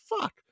fuck